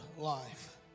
life